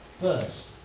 First